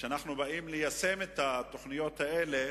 כשאנחנו באים ליישם את התוכניות האלה,